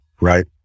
right